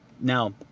now